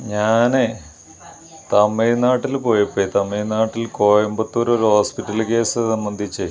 ഞാന് തമിഴ്നാട്ടില് പോയപ്പോൾ തമിഴ്നാട്ടിൽ കോയമ്പത്തൂര് ഒര് ഹോസ്പിറ്റല് കേസ് സംബന്ധിച്ച്